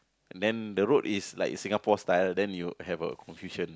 then the road is like Singapore style then you have a confusion